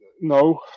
no